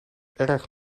erg